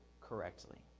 correctly